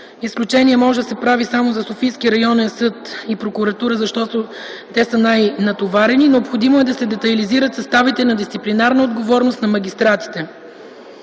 Изключение може да се направи само за Софийски районен съд и прокуратура, защото те са най-натоварени. Необходимо е да се детайлизират съставите на дисциплинарна отговорност на магистратите